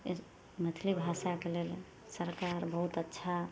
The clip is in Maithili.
मैथिली भाषाके लेल सरकार बहुत अच्छा